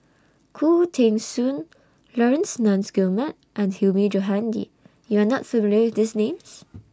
Khoo Teng Soon Laurence Nunns Guillemard and Hilmi Johandi YOU Are not familiar with These Names